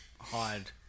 hide